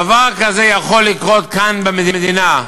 דבר כזה יכול לקרות כאן במדינה,